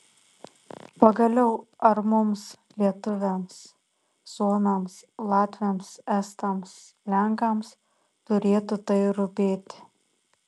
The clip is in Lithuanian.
pagaliau ar mums lietuviams suomiams latviams estams lenkams turėtų tai rūpėti